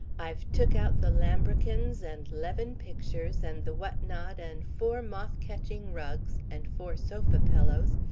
i've took out the lambrequins and leven pictures and the what-not and four moth-catching rugs and four sofa pillows,